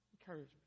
Encouragement